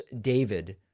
David